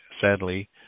sadly